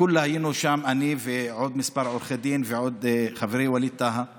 כולה היינו שם אני ועוד כמה עורכי דין וחברי ווליד טאהא